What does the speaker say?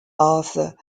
arthur